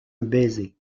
baiser